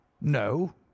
no